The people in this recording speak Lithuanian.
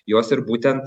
jos ir būtent